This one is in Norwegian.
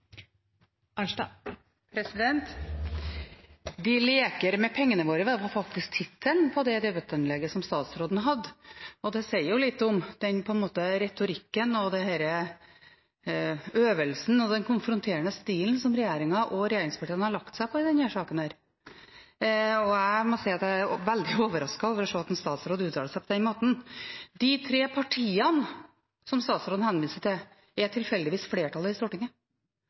leker med pengene våre» var faktisk tittelen på det debattinnlegget som statsråden hadde, og det sier litt om den retorikken, den øvelsen og den konfronterende stilen som regjeringen og regjeringspartiene har lagt seg på i denne saken. Jeg må si at jeg er veldig overrasket over at en statsråd uttaler seg på den måten. De tre partiene som statsråden henviste til, er tilfeldigvis flertallet i Stortinget.